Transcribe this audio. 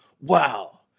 Wow